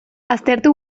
aztertu